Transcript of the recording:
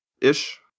ish